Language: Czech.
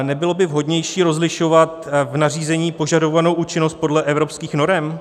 Nebylo by vhodnější rozlišovat v nařízení požadovanou účinnost podle evropských norem?